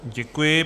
Děkuji.